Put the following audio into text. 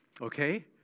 okay